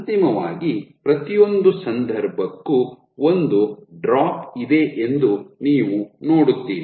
ಅಂತಿಮವಾಗಿ ಪ್ರತಿಯೊಂದು ಸಂದರ್ಭಕ್ಕೂ ಒಂದು ಡ್ರಾಪ್ ಇದೆ ಎಂದು ನೀವು ನೋಡುತ್ತೀರಿ